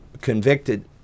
convicted